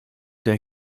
der